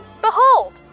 behold